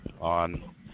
on